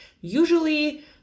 usually